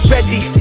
Ready